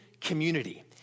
community